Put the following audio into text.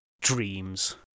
Dreams